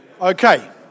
Okay